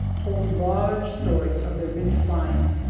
told large stories of their rich finds,